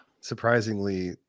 surprisingly